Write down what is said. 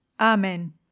Amen